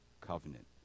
covenant